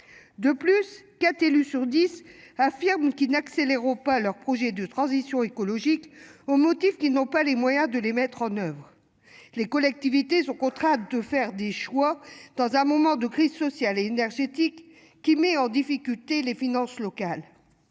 De plus, quatre élus sur 10 affirment qu'ils n'accéléreront pas leurs projets de transition écologique au motif qu'ils n'ont pas les moyens de les mettre en oeuvre les collectivités sous contrat de faire des choix dans un moment de crise sociale énergétique qui met en difficulté les finances locales.